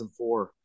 2004